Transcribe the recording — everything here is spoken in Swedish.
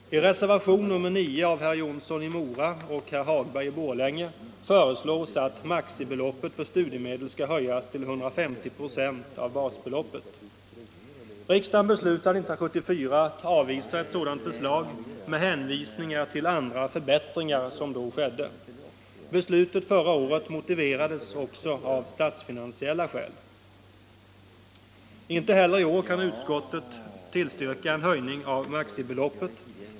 Riksdagen beslutade 1974 att avvisa ett sådant förslag med hänvisning till andra förbättringar som då genomfördes. Beslutet förra året motiverades också av statsfinansiella skäl. Inte heller i år kan utskottet tillstyrka en höjning av maximibeloppet.